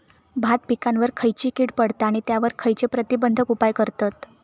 भात पिकांवर खैयची कीड पडता आणि त्यावर खैयचे प्रतिबंधक उपाय करतत?